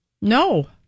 No